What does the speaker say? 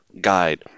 guide